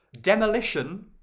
demolition